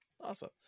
Awesome